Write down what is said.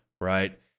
Right